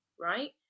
right